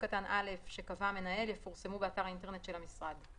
קטן (א) שקבע המנהל יפורסמו באתר האינטרנט של המשרד.